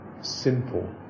simple